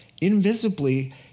invisibly